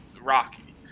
Rocky